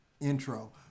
intro